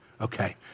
Okay